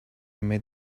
made